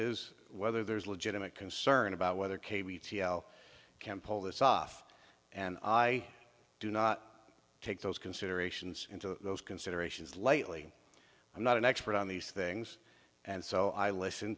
is whether there's legitimate concern about whether cave can pull this off and i do not take those considerations into those considerations lightly i'm not an expert on these things and so i listen